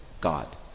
God